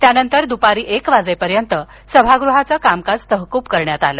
त्यानंतर दुपारी एक वाजेपर्यंत सभागृहाचं कामकाज तहकूब करण्यात आलं